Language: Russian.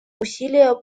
усилия